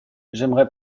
j’aimerais